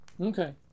Okay